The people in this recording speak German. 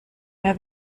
mehr